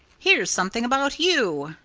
here's something about you,